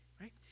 right